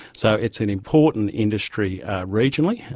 so it's an important industry regionally.